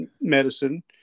medicine